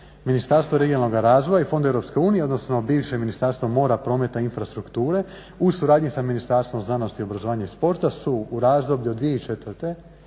Ministarstvo regionalnog razvoja i fondova EU odnosno bivše ministarstvo mora, prometa i infrastrukture u suradnji sa Ministarstvom znanosti, obrazovanja i sporta su u razdoblju od